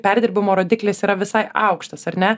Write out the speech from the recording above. perdirbimo rodiklis yra visai aukštas ar ne